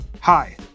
Hi